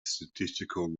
statistical